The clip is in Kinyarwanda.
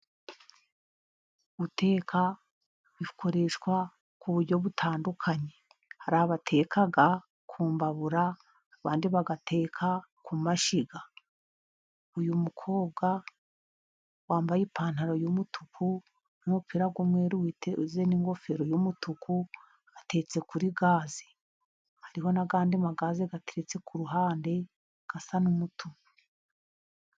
Guteka bikoreshwa ku buryo butandukanye hari abateka ku mbabura abandi bagateka ku mashyiga. Uyu mukobwa wambaye ipantaro y'umutuku n'umupira w'umweru witeze n'ingofero y'umutuku atetse kuri gaze, hariho n'andi magaze ateretse ku ruhande asa n'umutuku.